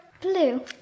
Blue